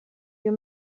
you